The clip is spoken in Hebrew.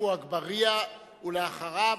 עפו אגבאריה, ואחריו